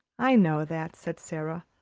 i know that, said sara,